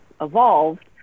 evolved